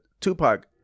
Tupac